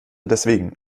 deswegen